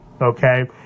Okay